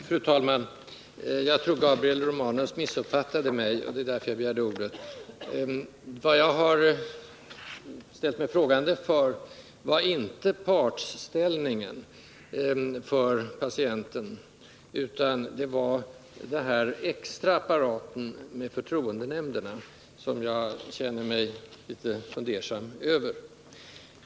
Fru talman! Anledningen till att jag begärde ordet var att Gabriel Romanus missuppfattat mig. Vad jag ställde mig frågande till var inte partsställningen för patienten utan den extra instansen i form av förtroendenämnder.